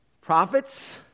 prophets